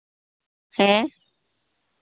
ᱦᱮᱸ